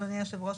אדוני היושב-ראש,